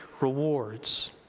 rewards